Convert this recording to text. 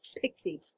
pixie